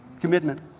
commitment